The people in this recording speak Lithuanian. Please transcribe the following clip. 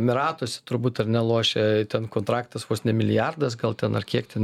emyratuose turbūt ar ne lošė ten kontraktas vos ne milijardas gal ten kiek ten